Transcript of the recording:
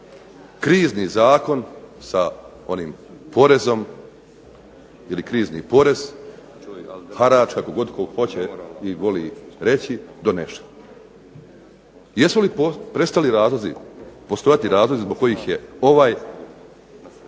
krizni zakon sa onim porezom ili krizni porez, harač, kako god tko hoće ili voli reći, donesen? Jesu li prestali postojati razlozi zbog kojih je ovaj